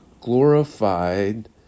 glorified